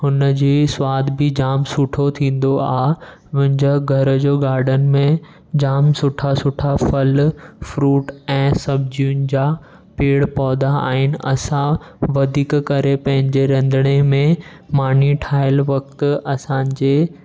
हुनजी सवाद बि जाम सुठो थींदो धे मुंहिंजो घर जो गाडन में जाम सुठा सुठा फल फ्रूट ऐं सब्जियुनि जा पेड़ पौधा आहिनि असां वधीक करे पंहिंजे रंधिणे में मानी ठाहियलु वक़्तु असांजे